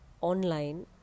online